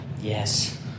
Yes